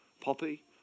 Poppy